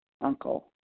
uncle